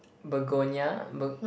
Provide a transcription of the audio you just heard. begonia berg~